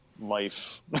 life